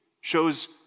shows